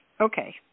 Okay